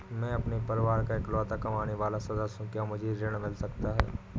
मैं अपने परिवार का इकलौता कमाने वाला सदस्य हूँ क्या मुझे ऋण मिल सकता है?